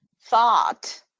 thought